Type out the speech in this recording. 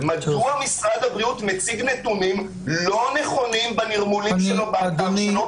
מדוע משרד הבריאות מציג נתונים לא נכונים בנרמול שהוא עושה באתר שלו,